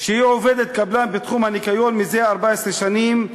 שהיא עובדת קבלן בתחום הניקיון זה 14 שנים,